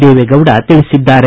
ದೇವೆಗೌಡ ತಿಳಿಸಿದ್ದಾರೆ